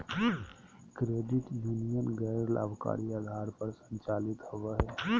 credit union गैर लाभकारी आधार पर संचालित होबो हइ